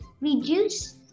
reduce